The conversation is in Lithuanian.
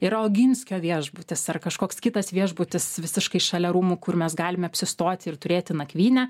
yra oginskio viešbutis ar kažkoks kitas viešbutis visiškai šalia rūmų kur mes galime apsistoti ir turėti nakvynę